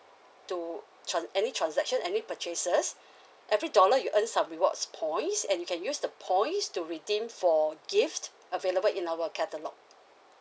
to tran~ any transaction any purchases every dollar you earn some rewards points and you can use the points to redeem for gift available in our catalogue